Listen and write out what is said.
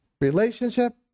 relationship